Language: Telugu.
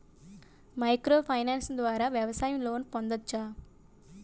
మైక్రో ఫైనాన్స్ ద్వారా వ్యవసాయ లోన్ పొందవచ్చా?